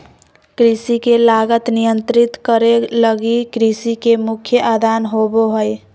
कृषि के लागत नियंत्रित करे लगी कृषि के मुख्य आदान होबो हइ